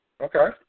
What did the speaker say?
Okay